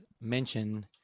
Mention